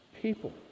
people